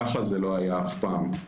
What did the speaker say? ככה זה לא היה אף פעם.